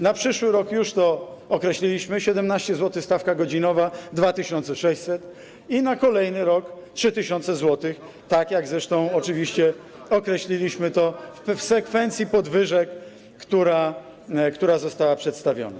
Na przyszły rok już to określiliśmy, 17 zł - stawka godzinowa, 2600 zł i na kolejny rok - 3000 zł, tak jak oczywiście określiliśmy to w sekwencji podwyżek, która została przedstawiona.